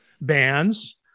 bands